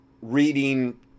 reading